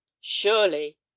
surely